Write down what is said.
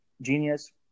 Genius